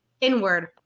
inward